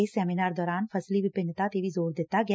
ਇਸ ਸੈਮੀਨਾਰ ਦੌਰਾਨ ਫਸਲੀ ਵਿਭਿੰਨਤਾ ਤੇ ਵੀ ਜ਼ੋਰ ਦਿੱਤਾ ਗਿਆ